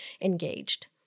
engaged